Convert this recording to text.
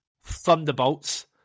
Thunderbolts